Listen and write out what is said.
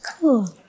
Cool